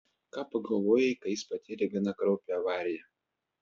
ką pagalvojai kai jis patyrė gana kraupią avariją